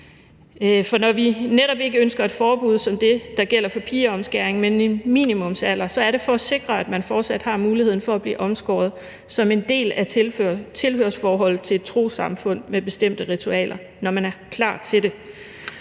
For når vi netop ikke ønsker et forbud som det, der gælder for pigeomskæring, men en minimumsalder, så er det for at sikre, at man fortsat har muligheden for at blive omskåret som en del af tilhørsforholdet til et trossamfund med bestemte ritualer, når man er klar til det.